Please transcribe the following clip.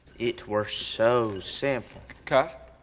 it were so simple. cut.